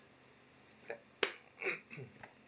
clap